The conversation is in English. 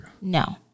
No